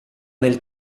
nel